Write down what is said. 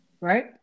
right